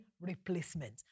replacement